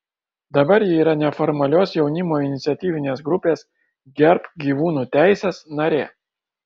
dabar ji yra neformalios jaunimo iniciatyvinės grupės gerbk gyvūnų teises narė